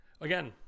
again